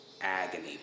agony